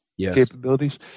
capabilities